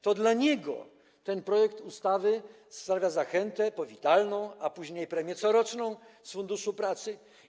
To dla niego ten projekt ustawy ustanawia zachętę powitalną, a później premię coroczną z Funduszu Pracy.